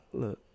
look